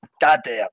goddamn